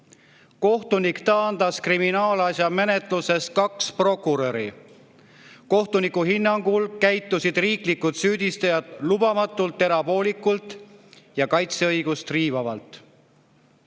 Kohtunik taandas kriminaalasja menetlusest kaks prokuröri. Kohtuniku hinnangul käitusid riiklikud süüdistajad lubamatult, erapoolikult ja kaitseõigust riivavalt.